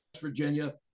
Virginia